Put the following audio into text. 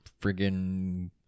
friggin